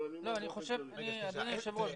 אבל אני --- אדוני היושב ראש,